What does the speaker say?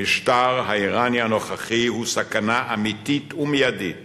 המשטר האירני הנוכחי הוא סכנה אמיתית ומיידית